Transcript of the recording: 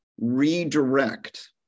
redirect